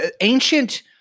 Ancient